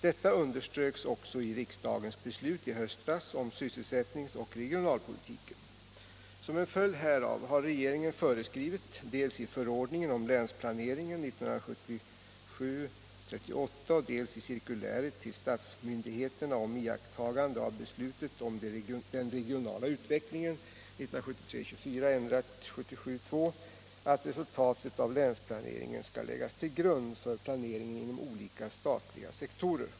Detta underströks också i riksdagens beslut i höstas om sysselsättningsoch regionalpolitiken. Som en följd härav har regeringen föreskrivit — dels i förordningen om länsplaneringen , dels i cirkuläret till statsmyndigheterna om iakttagande av beslutet om den regionala utvecklingen — att resultatet av länsplaneringen skall läggas till grund för planeringen inom olika statliga sektorer.